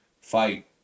fight